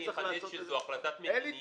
זו החלטת מדיניות.